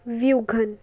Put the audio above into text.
Vaughan